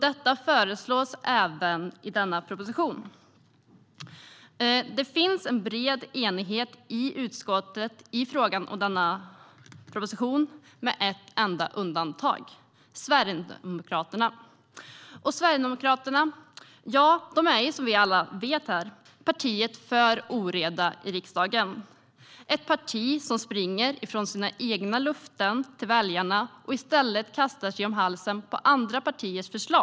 Detta föreslås även i propositionen. Det finns en bred enighet i utskottet i fråga om propositionen med ett enda undantag, Sverigedemokraterna. Sverigedemokraterna är, som vi alla vet, partiet för oreda i riksdagen. Det är ett parti som springer ifrån sina egna löften till väljarna och i stället kastar sig om halsen på andra partiers förslag.